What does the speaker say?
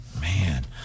man